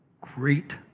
great